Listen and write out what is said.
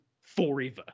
forever